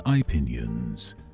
Opinions